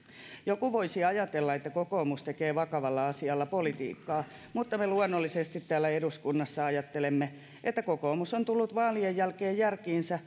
joku voisi ajatella että kokoomus tekee vakavalla asialla politiikkaa mutta me luonnollisesti täällä eduskunnassa ajattelemme että kokoomus on tullut vaalien jälkeen järkiinsä